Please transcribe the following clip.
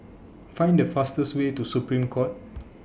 Find The fastest Way to Supreme Court